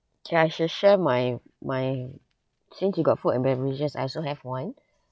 K I shall share my my since you got food and beverages I also have one